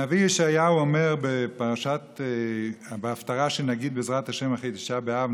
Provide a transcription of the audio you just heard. הנביא ישעיהו אומר בהפטרה שנגיד בעזרת השם אחרי תשעה באב,